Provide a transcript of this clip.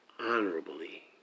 honorably